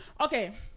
okay